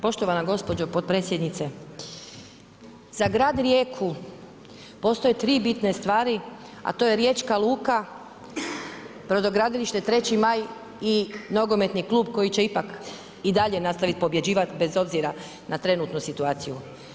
Poštovana gospođo potpredsjednice, za grad Rijeku postoje tri bitne stvari a to je riječka luka, brodogradilište Treći maj i nogometni klub koji će ipak i dalje nastaviti pobjeđivati bez obzira na trenutnu situaciju.